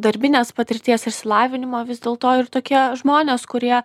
darbinės patirties išsilavinimo vis dėl to ir tokie žmonės kurie